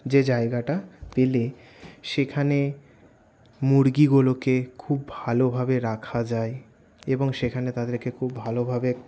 যে জায়গাটা পেলে সেখানে মুরগিগুলোকে খুব ভালোভাবে রাখা যায় এবং সেখানে তাদেরকে খুব ভালোভাবে